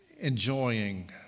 enjoying